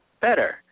better